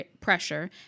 pressure